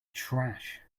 trash